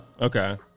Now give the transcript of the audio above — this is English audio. Okay